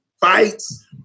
fights